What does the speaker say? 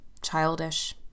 childish